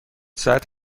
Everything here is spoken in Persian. ساعت